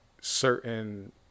Certain